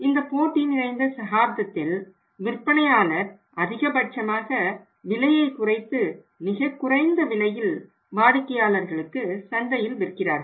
இந்த போட்டி நிறைந்த சகாப்தத்தில் விற்பனையாளர் அதிகபட்சமாக விலையை குறைத்து மிகக் குறைந்த விலையில் வாடிக்கையாளர்களுக்கு சந்தையில் விற்கிறார்கள்